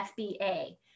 FBA